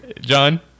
John